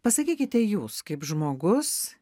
pasakykite jūs kaip žmogus